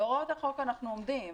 בהוראות החוק אנחנו עומדים.